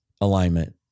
alignment